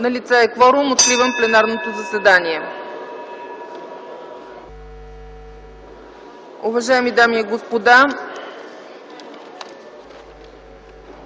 Налице е кворум, откривам пленарното заседание. Уважаеми дами и господа,